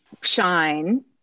shine